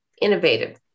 innovative